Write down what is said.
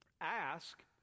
Ask